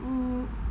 mm